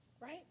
right